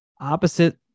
opposite